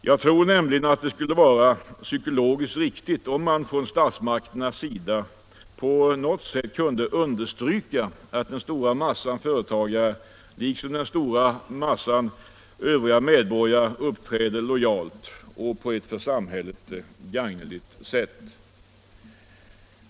Jag tror nämligen att det skulle vara psykologiskt riktigt om man från statsmakterna på något sätt kunde understryka att den stora massan företagare liksom den stora massan övriga medborgare uppträder lojalt och på ett för samhället gagnerikt sätt.